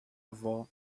avó